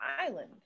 island